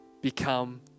become